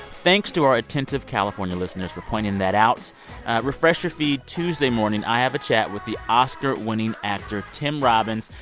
thanks to our attentive california listeners for pointing that out refresh your feed tuesday morning. i have a chat with the oscar-winning actor tim robbins.